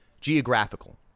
geographical